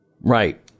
Right